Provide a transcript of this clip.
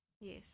Yes